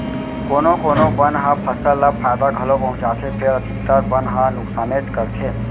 कोना कोनो बन ह फसल ल फायदा घलौ पहुँचाथे फेर अधिकतर बन ह नुकसानेच करथे